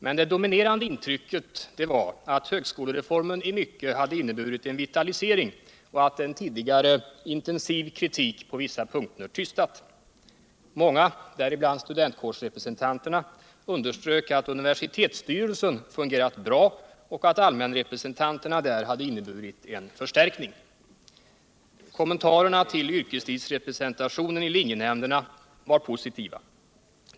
Men det dominerande intrycket var att högskolereformen i mycket inneburit en vitalisering och att en tidigare intensiv kritik på vissa punkter tystnat. 115 och forskning Många, däribland studentkårsrepresentanterna, underströk att universiletsstyrelsen fungerat bra och att allmänrepresentanterna där hade inneburit en förstärkning. Kommentarerna till yrkeslivsrepresentationen i linjenämnderna var positiva.